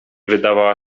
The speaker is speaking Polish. wydawała